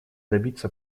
добиться